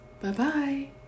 Bye-bye